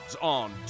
on